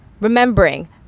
remembering